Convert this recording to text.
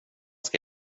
ska